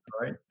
right